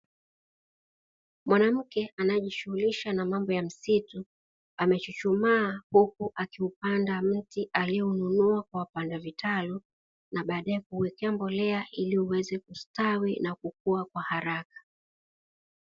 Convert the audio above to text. Mwanamke anayejishughulisha na mambo ya msitu amechuchumaa huku akiupanda mti alioununua kwa wapanda vitalu na baadae kuwekea mbolea ili uweze kustawi na kukua kwa haraka.